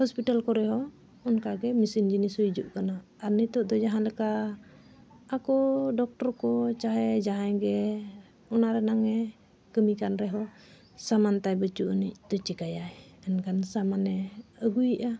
hospital ᱠᱚᱨᱮ ᱦᱚᱸ ᱚᱱᱠᱟ ᱜᱮ ᱢᱮᱥᱤᱱ ᱡᱤᱱᱤᱥ ᱦᱤᱡᱩᱜ ᱠᱟᱱᱟ ᱟᱨ ᱱᱤᱛᱚᱜ ᱫᱚ ᱡᱟᱦᱟᱸ ᱞᱮᱠᱟ ᱟᱠᱚ ᱰᱚᱠᱴᱚᱨ ᱠᱚ ᱪᱟᱦᱮ ᱡᱟᱦᱟᱭ ᱜᱮ ᱚᱱᱟ ᱨᱮᱱᱟᱝ ᱮ ᱠᱟᱹᱢᱤ ᱠᱟᱱ ᱨᱮᱦᱚᱸ ᱥᱟᱢᱟᱱ ᱛᱟᱭ ᱵᱟᱹᱪᱩᱜ ᱟᱹᱱᱤᱡ ᱪᱤᱠᱟᱭᱟᱭ ᱮᱱᱠᱷᱟᱱ ᱥᱟᱢᱟᱱᱮ ᱟᱹᱜᱩᱭᱮᱜᱼᱟ